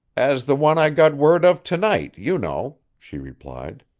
as the one i got word of to-night, you know, she replied.